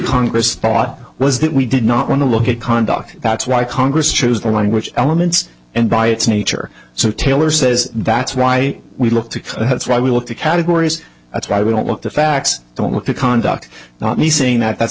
congress thought was that we did not want to look at conduct that's why congress chose the language elements and by its nature so taylor says that's why we look to that's why we look to categories that's why we don't want the facts don't want to conduct not missing that that